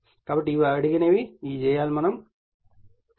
కాబట్టి ఇవి అడిగినవి మరియు చేయవలసి ఉంది